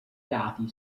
dati